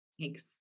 Thanks